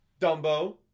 Dumbo